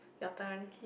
your turn